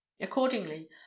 Accordingly